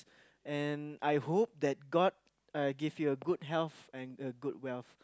and I hope that god uh give you a good health and a good wealth